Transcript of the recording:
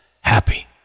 happy